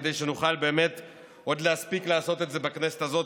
כדי שנוכל באמת עוד להספיק לעשות את זה בכנסת הזאת,